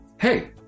Hey